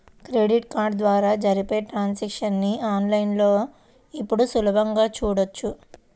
credit card ద్వారా జరిపే transactions ని ఆన్ లైన్ లో ఇప్పుడు సులభంగా చూడొచ్చు